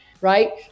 right